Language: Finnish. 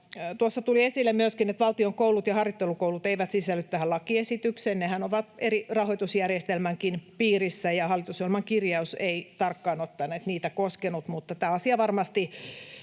Tuossa tuli esille myöskin, että valtion koulut ja harjoittelukoulut eivät sisälly tähän lakiesitykseen. Nehän ovat eri rahoitusjärjestelmänkin piirissä, ja hallitusohjelman kirjaus ei tarkkaan ottaen niitä koskenut, mutta tämä asia varmasti